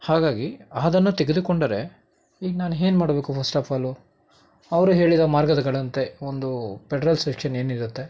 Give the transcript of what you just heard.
ಹಾಗಾಗಿ ಅದನ್ನು ತೆಗೆದುಕೊಂಡರೆ ಈಗ ನಾನು ಏನ್ ಮಾಡಬೇಕು ಫಸ್ಟ್ ಆಫ್ ಆಲು ಅವರು ಹೇಳಿದ ಮಾರ್ಗಗಳಂತೆ ಒಂದು ಪೆಡರಲ್ ಸೆಕ್ಷನ್ ಏನಿರತ್ತೆ